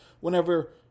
Whenever